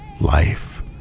life